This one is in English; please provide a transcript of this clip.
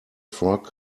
frog